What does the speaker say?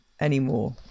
anymore